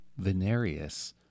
venerius